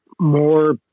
more